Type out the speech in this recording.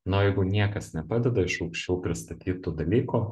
na o jeigu niekas nepadeda iš aukščiau pristatytų dalykų